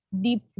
deep